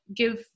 give